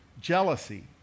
jealousy